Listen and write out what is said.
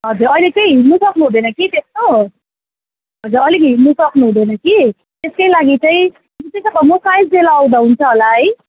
हजुर अहिले चाहिँ हिँड्नु सक्नुहुँदैन कि त्यस्तो हजुर अलिक हिँड्नु सक्नुहुँदैन कि त्यसकै लागि चाहिँ ए त्यसो भए म साइज लिएर आउँदा हुन्छ होला है